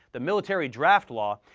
the military draft law,